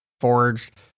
forged